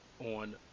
on